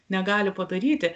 negali padaryti